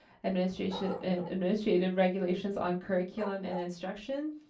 administrative administrative regulations on curriculum and instruction.